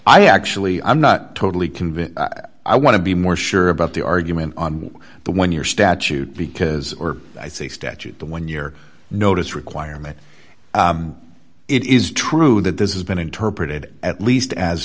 i actually i'm not totally convinced i want to be more sure about the argument on the one year statute because i say statute the one year notice requirement it is true that this has been interpreted at least as